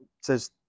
says